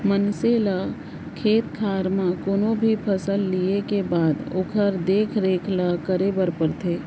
मनसे ल खेत खार म कोनो भी फसल लिये के बाद ओकर देख रेख ल करे बर परथे